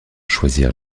choisir